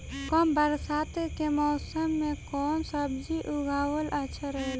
कम बरसात के मौसम में कउन सब्जी उगावल अच्छा रहेला?